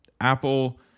apple